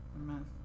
Amen